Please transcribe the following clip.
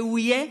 והוא יהיה,